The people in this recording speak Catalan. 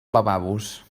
lavabos